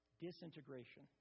Disintegration